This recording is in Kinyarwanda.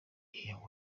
year